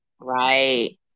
Right